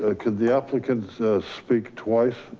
ah could the applicants speak to.